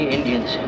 Indians